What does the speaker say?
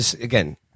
Again